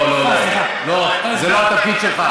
לא, זה לא התפקיד שלך.